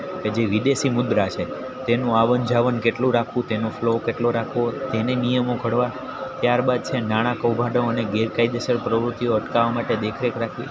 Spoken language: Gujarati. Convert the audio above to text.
કે જે વિદેશી મુદ્રા છે તેનું આવન જાવન કેટલું રાખવું તેનો કેટલો રાખવો તેને નિયમો ઘડવા ત્યાર બાદ છે નાણાં કૌભાંડો અને ગેરકાયદેસર પ્રવૃતિઓ અટકાવવા માટે દેખરેખ રાખવી